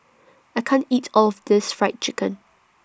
I can't eat All of This Fried Chicken